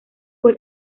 fue